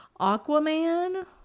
Aquaman